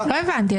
לא הבנתי.